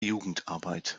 jugendarbeit